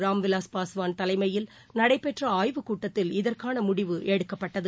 ராம்விலாஸ் பாஸ்வான் தலைமையில் நடைபெற்றஆய்வுக்கூட்டத்தில் இதற்கானமுடிவு எடுக்கப்பட்டது